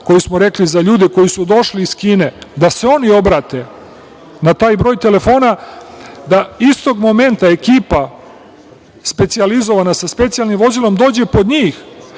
koji smo rekli za ljude koji su došli iz Kine da se oni obrate na taj broj telefona da istog momenta ekipa specijalizovana sa specijalnim vozilom dođe po njih